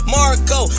Marco